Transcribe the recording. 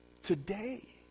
today